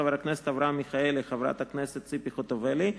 חבר הכנסת אברהם מיכאלי וחברת הכנסת ציפי חוטובלי.